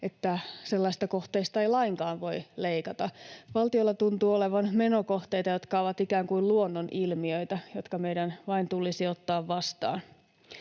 että sellaisista kohteista ei lainkaan voi leikata. Valtiolla tuntuu olevan menokohteita, jotka ovat ikään kuin luonnonilmiöitä, jotka meidän vain tulisi ottaa vastaan.